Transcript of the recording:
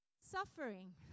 suffering